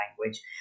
language